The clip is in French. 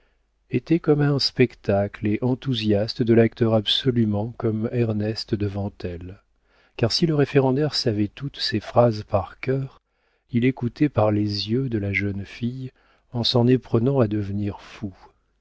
était comme à un spectacle et enthousiaste de l'acteur absolument comme ernest devant elle car si le référendaire savait toutes ces phrases par cœur il écoutait par les yeux de la jeune fille en s'en éprenant à devenir fou